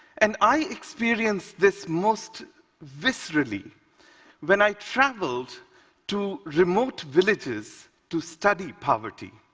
and i experienced this most viscerally when i traveled to remote villages to study poverty.